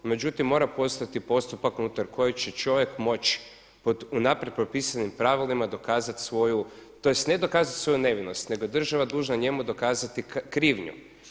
Međutim, mora postojati postupak unutar kojeg će čovjek moći pod unaprijed propisanim pravilima dokazati svoju, tj. ne dokazati svoju nevinost, nego je država dužna njemu dokazati krivnju.